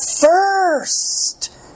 first